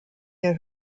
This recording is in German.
der